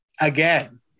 again